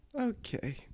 Okay